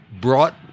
brought